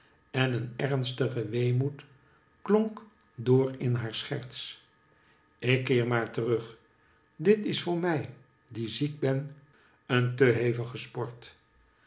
en een ernstige weemoed klonk door in haar scherts ik keer maar terug dit is voor mij die ziek ben een te hevige sport